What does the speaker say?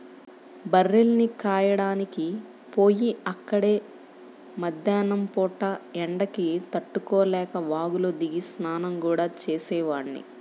బర్రెల్ని కాయడానికి పొయ్యి అక్కడే మద్దేన్నం పూట ఎండకి తట్టుకోలేక వాగులో దిగి స్నానం గూడా చేసేవాడ్ని